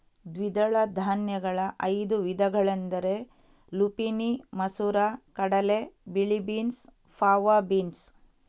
ದ್ವಿದಳ ಧಾನ್ಯಗಳ ಐದು ವಿಧಗಳೆಂದರೆ ಲುಪಿನಿ ಮಸೂರ ಕಡಲೆ, ಬಿಳಿ ಬೀನ್ಸ್, ಫಾವಾ ಬೀನ್ಸ್